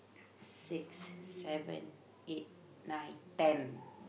six seven eight nine ten